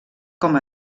com